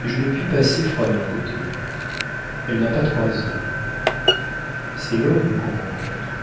et je ne puis passer froidement à côté elle n'a pas trois ans c'est l'aube qu'on rencontre